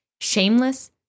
Shameless